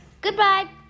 goodbye